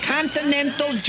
Continental